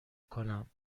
کنم